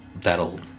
That'll